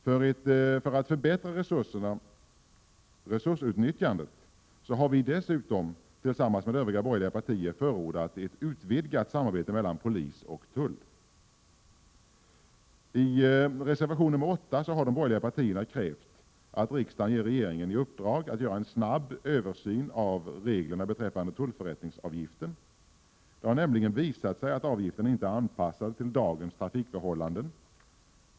För att resursutnyttjandet skall kunna förbättras har vi moderater tillsammans med övriga borgerliga partier förordat ett utvidgat samarbete mellan polis och tull. I reservation nr 8 har de borgerliga partierna krävt att riksdagen ger regeringen i uppdrag att göra en snabb översyn av reglerna beträffande tullförrättningsavgiften. Det har nämligen visat sig att avgiften inte är anpassad till dagens trafikförhållanden.